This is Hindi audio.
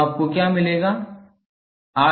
तो आपको क्या मिलेगा